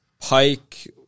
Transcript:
Pike